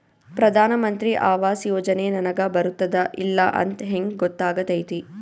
ಪ್ರಧಾನ ಮಂತ್ರಿ ಆವಾಸ್ ಯೋಜನೆ ನನಗ ಬರುತ್ತದ ಇಲ್ಲ ಅಂತ ಹೆಂಗ್ ಗೊತ್ತಾಗತೈತಿ?